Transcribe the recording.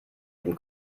dem